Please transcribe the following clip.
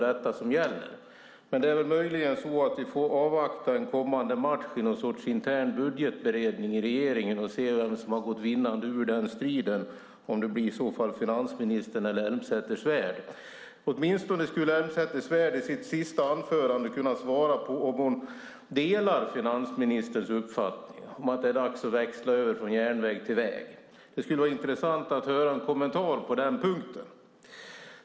Det är möjligen så att vi får avvakta en kommande match i någon sorts intern budgetberedning i regeringen och se vem som har gått vinnande ur den striden, om det blir finansministern eller Elmsäter-Svärd. Åtminstone skulle Elmsäter-Svärd i sitt sista anförande kunna svara på om hon delar finansministerns uppfattning att det är dags att växla över från järnväg till väg. Det skulle vara intressant att höra en kommentar på den punkten.